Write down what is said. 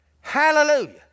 Hallelujah